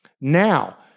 Now